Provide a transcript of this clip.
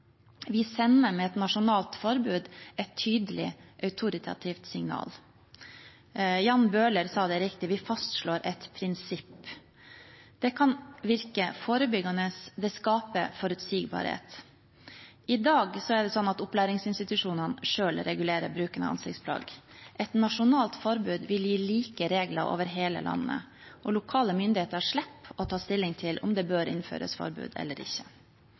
Vi sender med et nasjonalt forbud et tydelig autorativt signal. Jan Bøhler sa det riktig; vi fastslår et prinsipp. Det kan virke forbyggende og skaper forutsigbarhet. I dag regulerer opplæringsinstitusjonene selv bruken av ansiktsplagg. Et nasjonalt forbud vil gi like regler over hele landet, og lokale myndigheter slipper å ta stilling til om et forbud bør innføres, eller ikke.